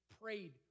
prayed